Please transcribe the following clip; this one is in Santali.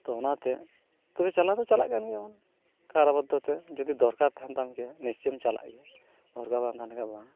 ᱛᱚ ᱚᱱᱟᱛᱮ ᱛᱚᱵᱮ ᱪᱟᱞᱟᱣ ᱫᱚ ᱪᱟᱞᱟᱜ ᱠᱟᱱ ᱜᱮᱭᱟ ᱵᱚᱱ ᱠᱟᱨᱟᱵᱟᱫᱽᱫᱷᱚᱛᱮ ᱡᱩᱫᱤ ᱫᱚᱨᱠᱟᱨ ᱛᱟᱦᱮᱱ ᱛᱟᱢ ᱜᱮᱭᱟ ᱱᱤᱥᱪᱚᱭᱮᱢ ᱪᱟᱞᱟᱜ ᱜᱮᱭᱟ ᱫᱚᱨᱠᱟᱨ ᱵᱟᱝ ᱛᱟᱦᱮᱸᱞᱮᱱ ᱠᱷᱟᱱ ᱵᱟᱝ